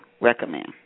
recommend